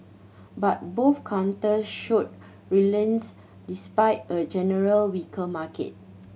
but both counter showed resilience despite a generally weaker market